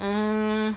mm